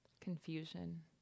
confusion